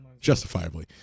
justifiably